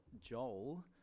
Joel